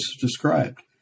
described